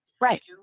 Right